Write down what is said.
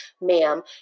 ma'am